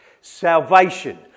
Salvation